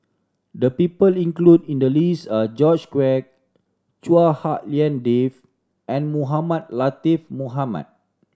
the people include in the list are George Quek Chua Hak Lien Dave and Mohamed Latiff Mohamed